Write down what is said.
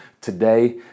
today